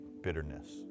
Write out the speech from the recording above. bitterness